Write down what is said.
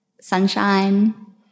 sunshine